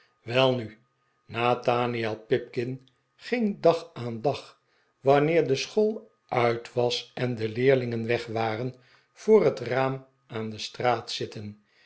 welnu nathaniel pipkin ging dag aan dag wanneer de school uit was en de leerlingen weg waren voor het raam aan de straat zitten